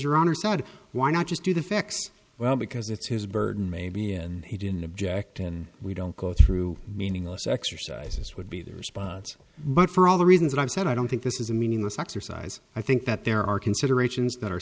honor said why not just do the facts well because it's his burden maybe and he didn't object and we don't go through meaningless exercises would be the response but for all the reasons that i've said i don't think this is a meaningless exercise i think that there are considerations that are